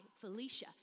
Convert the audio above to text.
Felicia